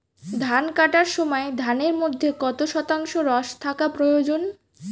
ধান কাটার সময় ধানের মধ্যে কত শতাংশ রস থাকা প্রয়োজন?